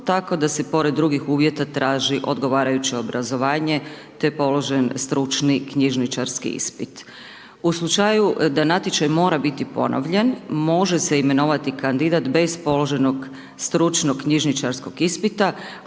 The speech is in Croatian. tako da se pored drugih uvjeta traži odgovarajuće obrazovanje, te položen stručni knjižničarski ispit. U slučaju da natječaj mora biti ponovljen, može se imenovati kandidat bez položenog stručnog knjižničarskog ispita